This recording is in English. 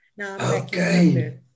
Okay